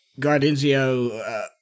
Gardenzio